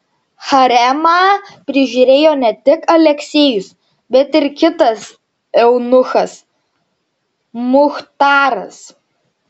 haremą prižiūrėjo ne tik aleksejus bet ir kitas eunuchas muchtaras